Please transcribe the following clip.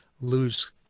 lose